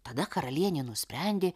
tada karalienė nusprendė